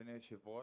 אדוני היושב-ראש,